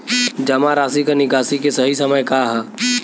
जमा राशि क निकासी के सही समय का ह?